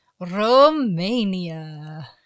Romania